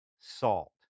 salt